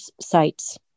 sites